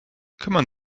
kümmern